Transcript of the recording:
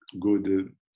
good